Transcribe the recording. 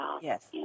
Yes